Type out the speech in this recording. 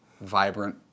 vibrant